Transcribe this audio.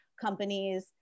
companies